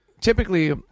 Typically